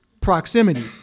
proximity